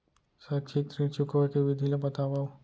शैक्षिक ऋण चुकाए के विधि ला बतावव